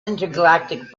intergalactic